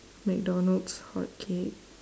mcdonald's hotcake